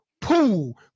pool